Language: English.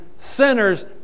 sinners